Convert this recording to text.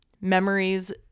Memories